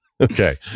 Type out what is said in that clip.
Okay